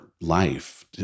life